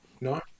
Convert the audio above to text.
No